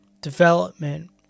development